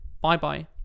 Bye-bye